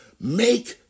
make